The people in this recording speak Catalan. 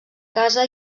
casa